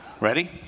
ready